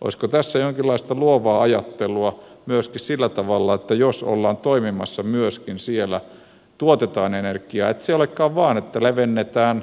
olisiko tässä jonkinlaista luovaa ajattelua myöskin sillä tavalla että jos myöskin tuotetaan energiaa siellä niin että se ei olekaan vain sitä että